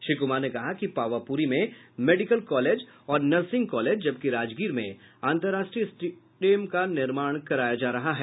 श्री कुमार ने कहा कि पावापुरी में मेडिकल कॉलेज और नर्सिंग कॉलेज जबकि राजगीर में अंतरराष्ट्रीय स्टेडियम का निर्माण कराया जा रहा है